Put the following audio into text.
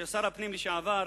של שר הפנים לשעבר,